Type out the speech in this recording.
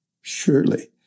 Surely